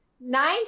Nine